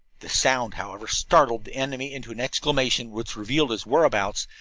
the sound, however, startled the enemy into an exclamation which revealed his whereabouts,